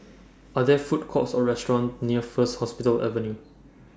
Are There Food Courts Or restaurants near First Hospital Avenue